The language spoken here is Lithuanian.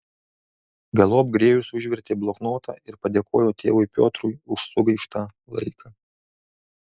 galop grėjus užvertė bloknotą ir padėkojo tėvui piotrui už sugaištą laiką